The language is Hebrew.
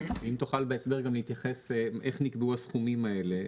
אם תוכל בהסבר גם להתייחס איך נקבעו הסכומים האלה,